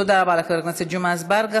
תודה רבה לחבר הכנסת ג'מעה אזברגה.